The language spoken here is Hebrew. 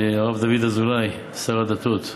הרב דוד אזולאי, שר הדתות,